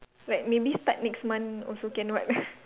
like maybe start next month also can [what]